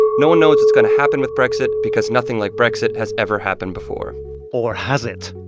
no one knows what's going to happen with brexit because nothing like brexit has ever happened before or has it?